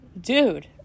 dude